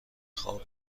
خواب